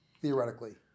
theoretically